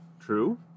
True